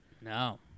No